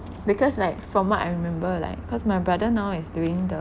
because like from what I remember like cause my brother now is doing the